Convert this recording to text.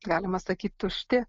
galima sakyt tušti